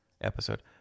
episode